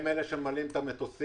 הם אלה שממלאים את המטוסים,